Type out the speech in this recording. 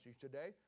today